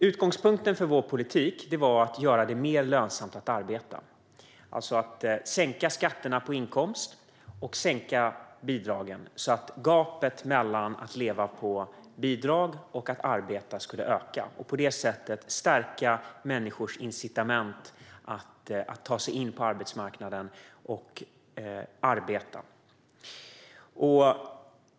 Utgångspunkten för vår politik var att göra det mer lönsamt att arbeta, att sänka skatterna på inkomst och sänka bidragen så att gapet mellan att leva på bidrag och att arbeta skulle öka. På det sättet skulle människors incitament att ta sig in på arbetsmarknaden och arbeta stärkas.